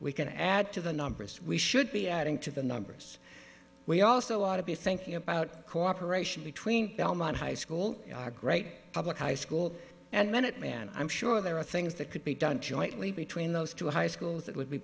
we can add to the numbers we should be adding to the numbers we also ought to be thinking about co operation between belmont high school a great public high school and minuteman i'm sure there are things that could be done jointly between those two high schools that would be